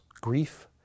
grief